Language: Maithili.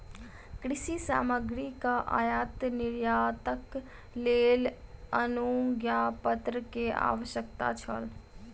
कृषि सामग्री के आयात निर्यातक लेल अनुज्ञापत्र के आवश्यकता छल